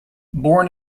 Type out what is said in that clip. born